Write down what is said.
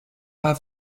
have